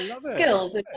skills